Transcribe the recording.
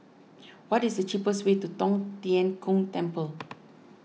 what is the cheapest way to Tong Tien Kung Temple